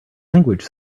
language